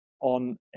on